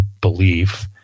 belief